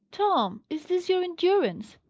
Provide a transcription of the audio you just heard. tom! is this your endurance?